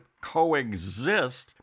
coexist